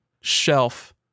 shelf